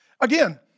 Again